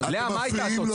אתם מפריעים לו.